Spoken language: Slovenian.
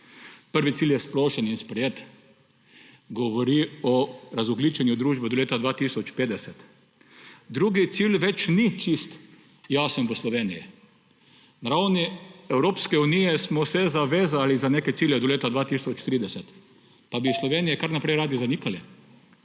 Prvi cilj je splošen in sprejet, govori o razogljičenju družbe do leta 2050. Drugi cilj več ni čisto jasen v Sloveniji. Na ravni Evropske unije smo se zavezali za neke cilje do leta 2030, pa bi jih v Sloveniji kar naprej radi zanikali.